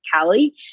Callie